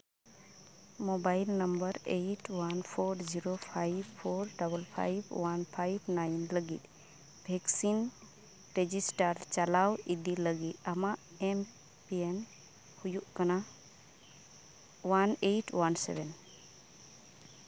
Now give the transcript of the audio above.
mobile number eight one four zero five four double five one five nine ᱞᱟᱹᱜᱤᱫ vaccine register ᱪᱟᱞᱟᱣ ᱤᱫᱤ ᱞᱟᱹᱜᱤᱫ ᱟᱢᱟᱜ ᱮᱢ ᱯᱤᱱ ᱦᱳᱭᱳᱜ ᱠᱟᱱᱟ ᱚᱣᱟᱱ ᱮᱭᱤᱴ ᱚᱣᱟᱱ ᱥᱮᱵᱷᱮᱱ